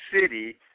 city